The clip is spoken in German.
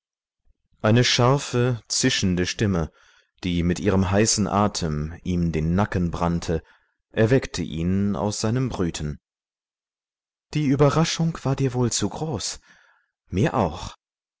eine scharfe zischende stimme die mit ihrem heißen atem ihm den nacken brannte erweckte ihn aus seinem brüten die überraschung war dir wohl zu groß mir auch